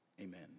Amen